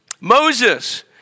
Moses